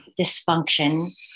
dysfunction